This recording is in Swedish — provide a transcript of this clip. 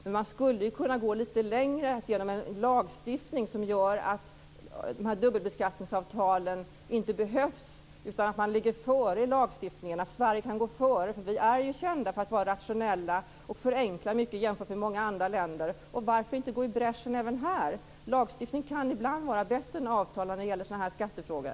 Men man skulle kunna gå lite längre genom en lagstiftning som gör att de här dubbelbeskattningsavtalen inte behövs utan att vi ligger före i lagstiftningen, att Sverige kan gå före. Vi är ju kända för att vara rationella och för att förenkla mycket jämfört med många andra länder. Varför inte gå i bräschen även här? Lagstiftning kan ibland vara bättre än avtal när det gäller sådana här skattefrågor.